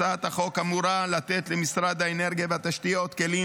הצעת החוק אמורה לתת למשרד האנרגיה והתשתיות כלים